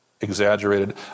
exaggerated